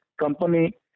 company